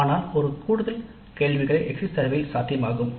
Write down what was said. ஆனால் சில கூடுதல் கேள்விகள் எக்ஸிட் சர்வே கணக்கெடுப்பில் சாத்தியமாகும்